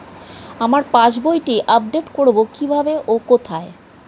আমার পাস বইটি আপ্ডেট কোরবো কীভাবে ও কোথায়?